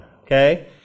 Okay